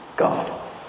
God